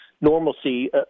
normalcy